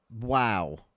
Wow